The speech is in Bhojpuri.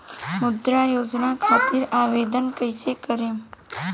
मुद्रा योजना खातिर आवेदन कईसे करेम?